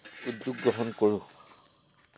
উদ্যোগ গ্ৰহণ কৰোঁ